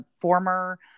former